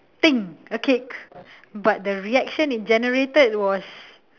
thing a cake but the reaction it generated was